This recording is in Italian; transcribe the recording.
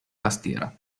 tastiera